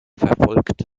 verfolgt